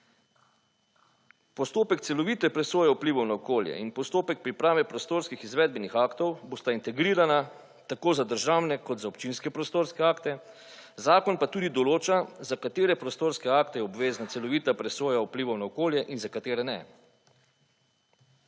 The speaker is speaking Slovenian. Postopek celovite presoje vplivov na okolje in postopek priprave prostorskih izvedbenih aktov bosta integrirana tako za državne kot za občinske prostorske akte, zakon pa tudi določa za katere prostorske akte je obvezna celovita presoja vplivov na okolje in za katere ne.